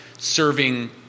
serving